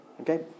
okay